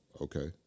okay